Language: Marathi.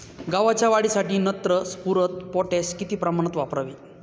गव्हाच्या वाढीसाठी नत्र, स्फुरद, पोटॅश किती प्रमाणात वापरावे?